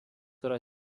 yra